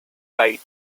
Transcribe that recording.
site